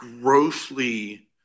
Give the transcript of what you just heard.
grossly